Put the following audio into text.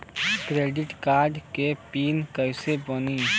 Credit card के PIN कैसे बनी?